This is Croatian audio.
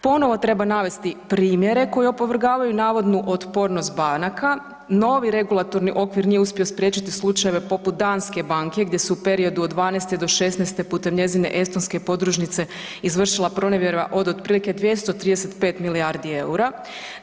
Ponovo treba navesti primjere koji opovrgavaju navodnu otpornost banaka, novi regulatorni okvir nije uspio spriječiti slučajeve poput danske banke gdje su u periodu od '12. do '16. putem njezine estonske podružnice izvršila pronevjera od otprilike 235 milijardi EUR-a.